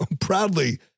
proudly